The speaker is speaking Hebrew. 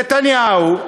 נתניהו,